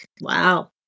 wow